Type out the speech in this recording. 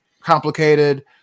complicated